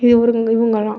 இது ஒருங்க இவங்க தான்